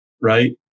right